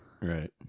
right